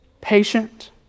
patient